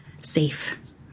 safe